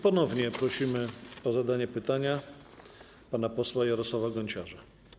Ponownie prosimy o zadanie pytania pana posła Jarosława Gonciarza.